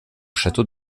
château